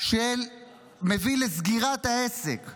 שזה מביא לסגירת העסק.